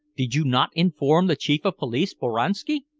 did you not inform the chief of police, boranski?